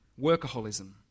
Workaholism